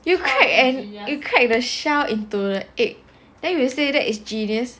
you crack an you crack the shell into the egg then you say that is genius